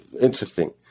interesting